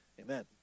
Amen